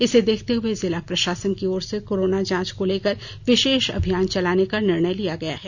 इसे देखते हुए जिला प्रशासन की ओर से कोरोना जांच को लेकर विशेष अभियान चलाने का निर्णय लिया गया है